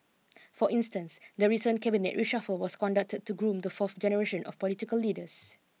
for instance the recent cabinet reshuffle was conducted to groom the fourth generation of political leaders